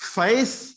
faith